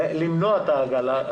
למנוע את ההגעה.